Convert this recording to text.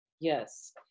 Yes